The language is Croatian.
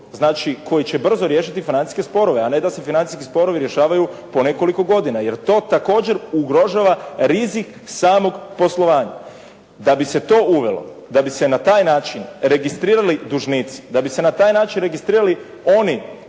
znači koji će brzo riješiti financijske sporove, a ne da se financijski sporovi rješavaju po nekoliko godina, jer to također ugoržava rizik samog poslovanja. Da bi se to uvelo, da bi se na taj način registrirali dužnici, da bi se na taj način registrirali oni